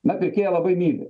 na pirkėją labai myli